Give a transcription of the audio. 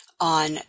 on